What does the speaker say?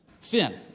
sin